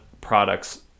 products